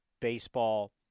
baseball